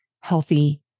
healthy